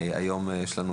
המשרד.